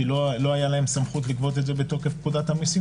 כי לא היתה להם סמכות לגבות את זה בתוקף פקודת המיסים,